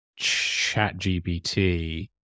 ChatGPT